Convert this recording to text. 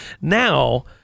now